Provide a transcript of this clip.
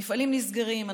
מפעלים נסגרים,